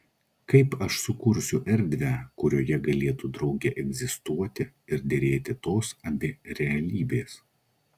kaip aš sukursiu erdvę kurioje galėtų drauge egzistuoti ir derėti tos abi realybės